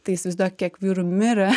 tai įsivaizduok kiek vyrų mirė